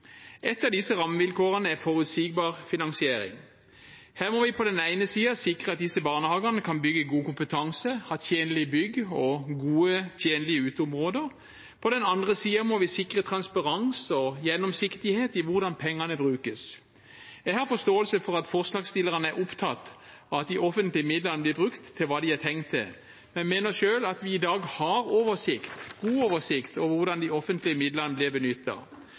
av disse rammevilkårene er forutsigbar finansiering. Her må vi på den ene siden sikre at disse barnehagene kan bygge god kompetanse og ha tjenlige bygg og gode, tjenlige uteområder. På den andre siden må vi sikre transparens og gjennomsiktighet i hvordan pengene brukes. Jeg har forståelse for at forslagsstillerne er opptatt av at de offentlige midlene blir brukt til det de er tenkt til. Jeg mener selv at vi i dag har god oversikt over hvordan de offentlige midlene blir